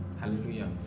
hallelujah